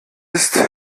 ist